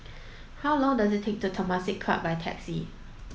how long does it take to Temasek Club by taxi